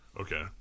Okay